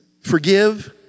Forgive